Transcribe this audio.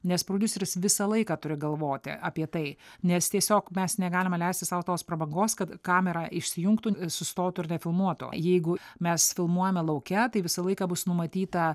nes prodiuseris visą laiką turi galvoti apie tai nes tiesiog mes negalime leisti sau tos prabangos kad kamera išsijungtų sustotų ir nefilmuotų jeigu mes filmuojame lauke tai visą laiką bus numatyta